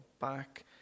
back